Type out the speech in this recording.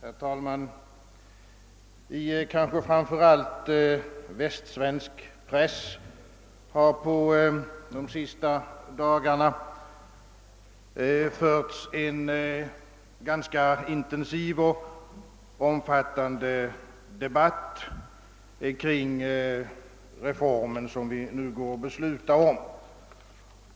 Herr talman! I kanske framför allt västsvensk press har under de senaste dagarna förts en ganska intensiv och omfattande debatt kring den reform som vi i dag går att besluta om.